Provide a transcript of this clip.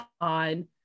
on